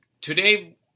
today